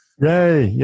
Yay